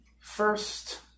first